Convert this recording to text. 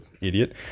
idiot